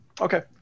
Okay